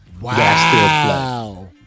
Wow